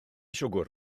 siwgr